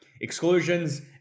Exclusions